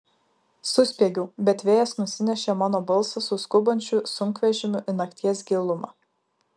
suspiegiau bet vėjas nusinešė mano balsą su skubančiu sunkvežimiu į nakties gilumą